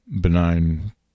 benign